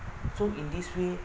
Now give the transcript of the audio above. so in this way